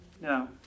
no